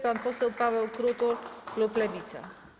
Pan poseł Paweł Krutul, klub Lewica.